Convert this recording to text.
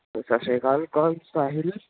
ਸਤਿ ਸ਼੍ਰੀ ਅਕਾਲ ਕੌਣ ਸਾਹਿਲ